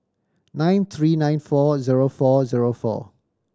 nine three nine four zero four zero four